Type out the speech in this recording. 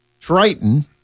Triton